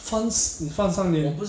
funds 你放三年